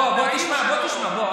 בוא תשמע, בוא.